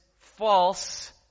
false